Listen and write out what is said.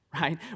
right